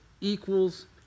equals